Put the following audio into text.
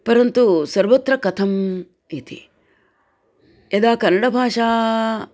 परन्तु सर्वत्र कथम् इति यदा कन्नडभाषा